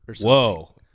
Whoa